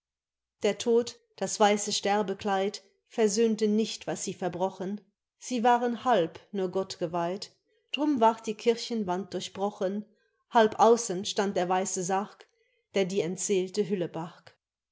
der tod das weiße sterbekleid versöhnte nicht was sie verbrochen sie waren halb nur gott geweiht drum ward die kirchenwand durchbrochen halb außen stand der weiße sarg der die entseelte hülle barg